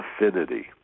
affinity